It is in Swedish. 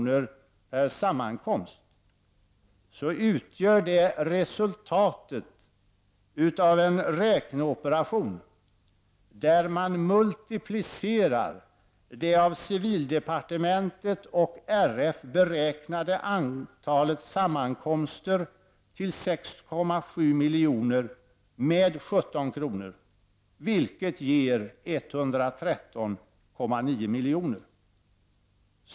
per sammankomst, utgör detta resultatet av en räkneoperation där man multiplicerar det av civildepartementet och Riksidrottsförbundet beräknade antalet sammankomster — 6,7 miljoner — med 17 kr., vilket ger 113,9 miljoner.